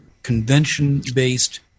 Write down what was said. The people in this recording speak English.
convention-based